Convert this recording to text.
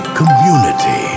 community